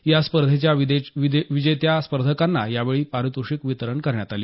या स्पर्धेच्या विजेत्या स्पर्धकांना यावेळी पारितोषिकं वितरित करण्यात आली